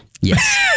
Yes